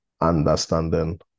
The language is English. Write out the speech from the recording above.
understanding